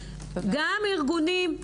גם ארגונים,